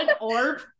orb